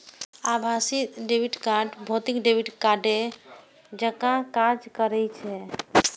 आभासी debit card भौतिक debit कार्डे जकां काज करै छै